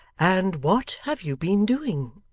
and what have you been doing